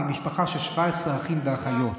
היא ממשפחה של 17 אחים ואחיות.